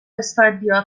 اسفندیار